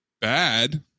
bad